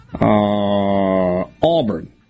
Auburn